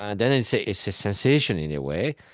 um then it's a it's a sensation, in a way.